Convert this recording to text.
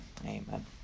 Amen